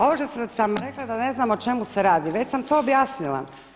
Ovo što sam rekla da ne znam o čemu se radi, već sam to objasnila.